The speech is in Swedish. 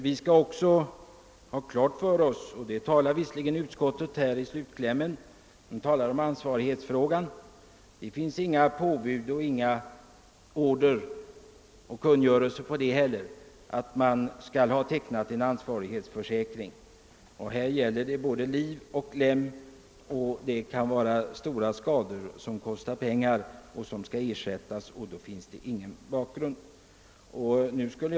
Utskottet skriver dessutom visserligen i slutklämmen om ansvarighetsfrågan, men jag vill påpeka att det inte finns någon föreskrift om att ansvarighetsförsäkring skall tecknas. Det är ändå i det sammanhanget fråga om säkerheten till liv och lem. Det kan bli fråga om svåra skador, vilka är kostsamma att ersätta, något som det i många fall inte finns ekonomisk täckning för.